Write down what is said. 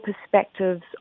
perspectives